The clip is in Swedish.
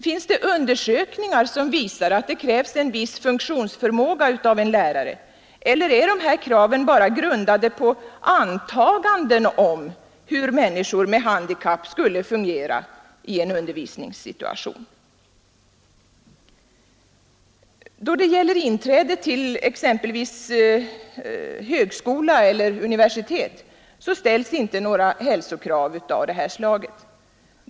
Finns det undersökningar som visar att det krävs en viss funktionsförmåga av en lärare, eller är de här kraven bara grundade på antaganden om hur människor med handikapp skulle fungera i en undervisningssituation? Då det gäller inträde vid t.ex. socialhögskola eller universitet ställs inte några hälsokrav av det här slaget.